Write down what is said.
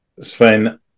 Sven